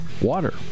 water